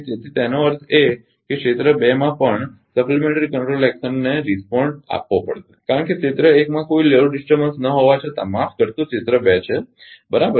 તેથી તેનો અર્થ એ છે કે ક્ષેત્ર 2 માં પણ પૂરક નિયંત્રણ ક્રિયાને પ્રતિક્રિયા આપવી પડશે કારણ કે ક્ષેત્ર 1 માં કોઇ લોડ ડિસ્ટરબન્સ ન હોવા છતાં માફ કરશો ક્ષેત્ર 2 છે બરાબર